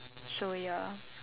so ya